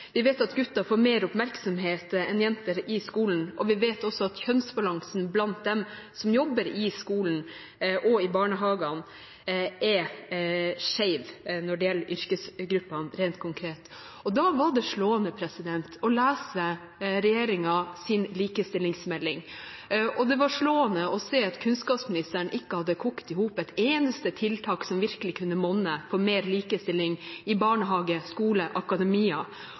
Vi vet at gutter får mer oppmerksomhet enn jenter i skolen, og vi vet også at kjønnsbalansen blant dem som jobber i skolen og i barnehagene, er skeiv når det gjelder yrkesgruppene rent konkret. Da var det slående å lese regjeringens likestillingsmelding, og det var slående å se at kunnskapsministeren ikke hadde kokt i hop et eneste tiltak som virkelig kunne monne for mer likestilling i barnehage, skole og akademia.